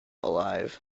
alive